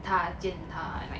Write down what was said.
她见他 and like